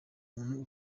umuntu